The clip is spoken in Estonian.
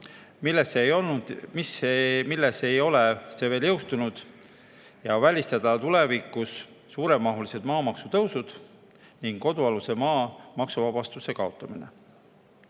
milles see ei ole veel jõustunud, ja välistada tulevikus suuremahulised maamaksu tõusud ning kodualuse maa maksuvabastuse kaotamine. Olukorras,